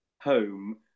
home